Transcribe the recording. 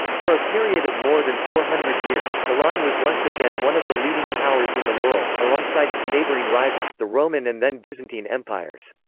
for a period of more than four hundred years, iran was once again one of the leading powers in the world, alongside its neighboring rival, the roman and then byzantine empires.